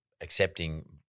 accepting